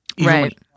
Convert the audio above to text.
right